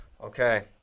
Okay